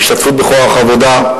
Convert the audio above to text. השתתפות בכוח עבודה.